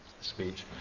speech